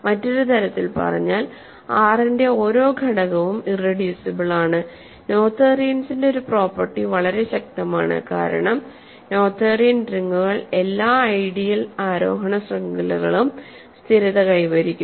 മറ്റൊരു തരത്തിൽ പറഞ്ഞാൽ R ന്റെ ഓരോ ഘടകവും ഇറെഡ്യൂസിബിൾ ആണ് നോതെറിയൻസിന്റെ ഒരു പ്രോപ്പർട്ടി വളരെ ശക്തമാണ് കാരണം നോതേരിയൻ റിങ്ങുകൾ എല്ലാ ഐഡിയൽ ആരോഹണ ശൃംഖലകളും സ്ഥിരത കൈവരിക്കുന്നു